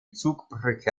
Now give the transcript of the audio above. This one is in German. zugbrücke